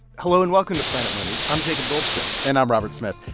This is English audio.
hello, and welcome to planet money. i'm jacob goldstein and i'm robert smith.